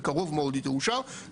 בקרוב מאוד היא תאושר.